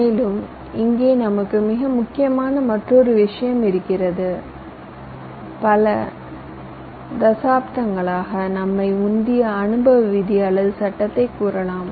மேலும் இங்கே நமக்கு மிக முக்கியமான மற்றொரு விஷயம் இருக்கிறது பல தசாப்தங்களாக நம்மை உந்திய அனுபவ விதி அல்லது சட்டத்தை கூறலாம்